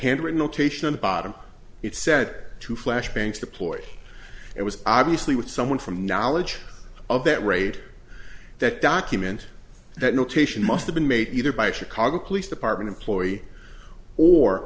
handwritten note bottom it said to flash bangs the ploy it was obviously with someone from knowledge of that raid that document that notation must have been made either by a chicago police department employee or